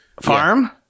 farm